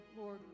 Lord